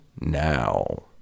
now